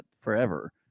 forever